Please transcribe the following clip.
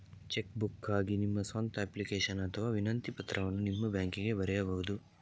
check ಬುಕ್ಗಾಗಿ ನಿಮ್ಮ ಸ್ವಂತ ಅಪ್ಲಿಕೇಶನ್ ಅಥವಾ ವಿನಂತಿ ಪತ್ರವನ್ನು ನಿಮ್ಮ ಬ್ಯಾಂಕಿಗೆ ಬರೆಯಬಹುದು